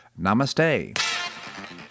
Namaste